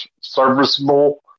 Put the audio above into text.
serviceable